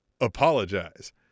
apologize